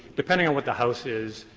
depending on what the house is,